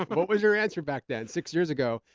um but what was your answer back then? six years ago,